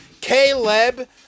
Caleb